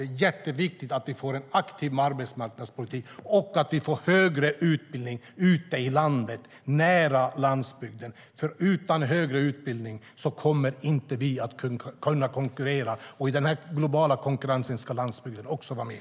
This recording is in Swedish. Det är viktigt att få en aktiv arbetsmarknadspolitik och att det går att genomgå högre utbildning ute i landet, nära landsbygden. Utan högre utbildning kan Sverige inte konkurrera. I den globala konkurrensen ska landsbygden också vara med.